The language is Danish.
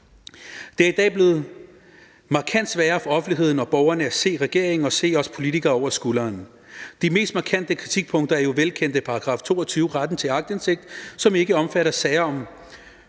Det er i dag blevet markant sværere for offentligheden og borgerne at se regeringen og os politikere over skulderen. De mest markante kritikpunkter er jo velkendte, nemlig § 22 om retten til aktindsigt, som ikke omfatter sager om